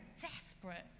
desperate